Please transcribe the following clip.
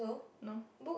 no